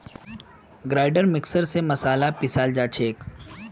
grinder mixer स मसाला पीसाल जा छे